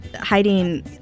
hiding